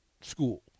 school